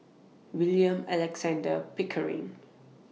William Alexander Pickering